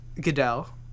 Goodell